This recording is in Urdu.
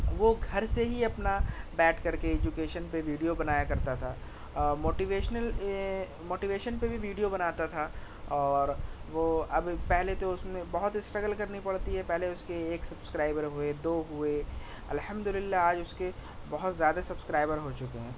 وہ گھر سے ہی اپنا بیٹھ کر کے ایجوکیشن پہ ویڈیو بنایا کرتا تھا موٹیویشنل موٹیویشن پے بھی ویڈیو بناتا تھا اور وہ اب پہلے تو اُس میں بہت اسٹرگل کرنی پڑتی ہے پہلے اُس کے ایک سبسکرائبر ہوئے دو ہوئے الحمد للہ آج اُس کے بہت زیادہ سبسکرائبر ہو چُکے ہیں